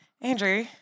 Andrew